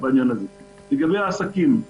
לגבי העסקים,